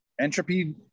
entropy